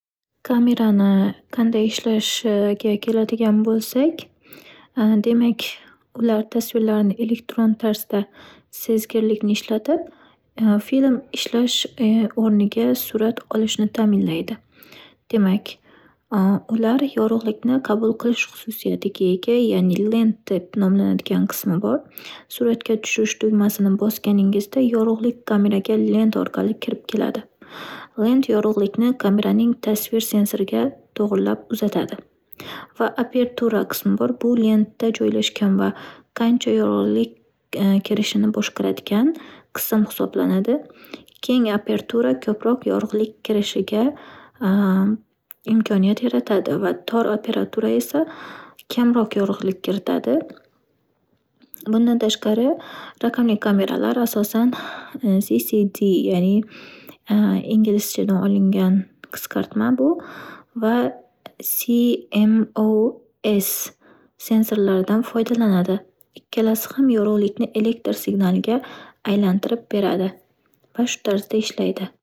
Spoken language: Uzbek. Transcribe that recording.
Kamerani qanday ishlashiga keladigan bo'lsak, demak ular tasvirlarni elektron tarzda sezgirlikni ishlatib, film ishlash o'rniga surat olishni ta'minlaydi. Demak, ular yorug'likni qabul qilish xususiyatiga ega, ya'ni lend deb nomlanadigan qismi bor. Suratga tushish tugmasini bosganingizda, yorug'lik kameraga lend orqali kirib keladi. Lend yorug'likni kameraning tasvir sensoriga to'g'irlab uzatadi va apertura qismi bor bu - lendda joylashgan va qancha yorug'lik kirishini boshqaradigan qism hisoblanadi. Keng apertura ko'proq yorug'lik kirishiga imkoniyat yaratadi va tor aperatura esa kamroq yorug'lik kiritadi. Bundan tashqari, raqamli kameralar asosan CCT ya'ni inglizchadan olingan qisqartma bu va CMOS sensorlaridan foydalanadi. Ikkalasi ham yorug'likni elektr signaliga aylantirib beradi va shu tarzda ishlaydi.